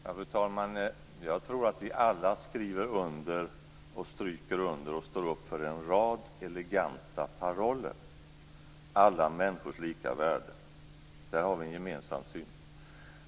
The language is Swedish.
Fru talman! Jag tror att vi alla skriver under, stryker under och står upp för en rad eleganta paroller om alla människors lika värde. Där har vi en gemensam syn.